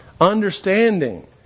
understanding